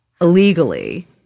illegally